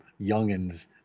youngins